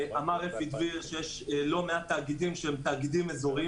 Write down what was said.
אמר אפי דביר שיש לא מעט תאגידים שהם תאגידים אזוריים,